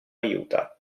aiuta